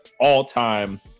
all-time